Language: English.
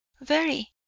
Very